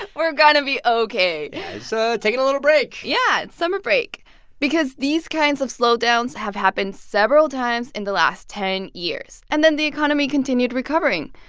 and we're going to be ok yeah, just so taking a little break yeah, summer break because these kinds of slowdowns have happened several times in the last ten years. and then the economy continued recovering.